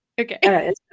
Okay